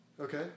Okay